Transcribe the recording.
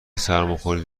سرماخوردی